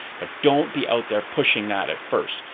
but don't be our there pushing that at first.